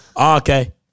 Okay